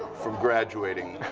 from graduating.